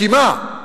כי מה?